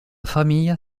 famille